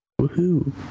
Woohoo